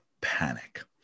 panic